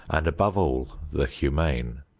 and, above all, the humane.